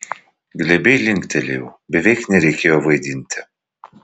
glebiai linktelėjau beveik nereikėjo vaidinti